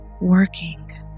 working